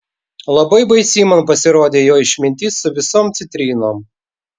labai baisi man pasirodė jo išmintis su visom citrinom